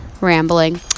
rambling